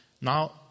Now